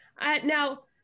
Now